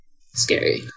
Scary